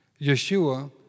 Yeshua